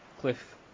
cliff